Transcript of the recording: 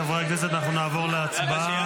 חברי הכנסת, אנחנו נעבור להצבעה.